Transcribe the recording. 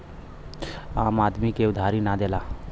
आम आदमी के उधारी ना देला